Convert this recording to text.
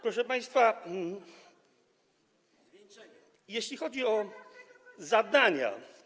Proszę państwa, jeśli chodzi o zadania.